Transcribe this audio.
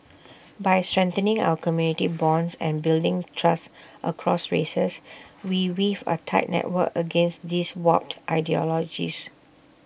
by strengthening our community bonds and building trust across races we weave A tight network against these warped ideologies